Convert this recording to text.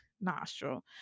nostril